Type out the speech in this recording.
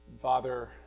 Father